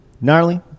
gnarly